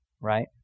right